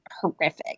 horrific